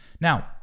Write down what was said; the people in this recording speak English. Now